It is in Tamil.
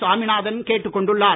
சாமிநாதன் கேட்டுக் கொண்டுள்ளார்